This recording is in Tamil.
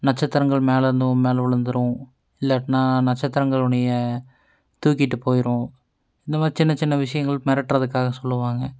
நட்சத்திரங்கள் மேலேருந்து உன் மேல் விழுந்திரும் இல்லாட்டினா நட்சத்திரங்கள் உன்னை தூக்கிகிட்டுப் போயிரும் இந்தமாதிரி சின்ன சின்ன விஷயங்கள் மிரட்டுறதுக்காக சொல்லுவாங்க